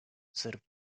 sırp